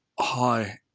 Hi